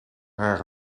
haar